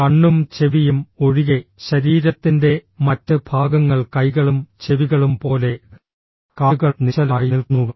കണ്ണും ചെവിയും ഒഴികെ ശരീരത്തിന്റെ മറ്റ് ഭാഗങ്ങൾ കൈകളും ചെവികളും പോലെ കാലുകൾ നിശ്ചലമായി നിൽക്കുന്നു